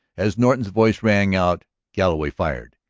as norton's voice rang out galloway fired.